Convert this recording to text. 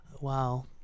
wow